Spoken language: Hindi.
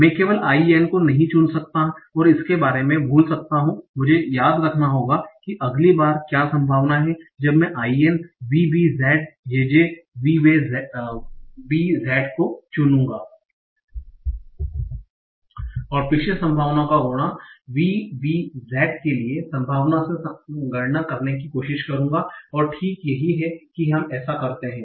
मैं केवल IN को नहीं चुन सकता और इसके बारे में भूल सकता हूं कि मुझे याद रखना होगा कि अगली बार क्या संभावना है जब मैं IN VBZ JJ VBZ को चुनूंगा और पिछली संभावनाओं का गुणा VBZ के लिए संभाव्यता से गणना करने की कोशिश करूंगा और ठीक यही है कि हम ऐसा करते हैं